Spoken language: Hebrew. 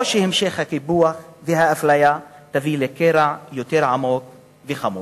או שהמשך הקיפוח והאפליה יביא לקרע יותר עמוק וחמור.